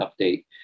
update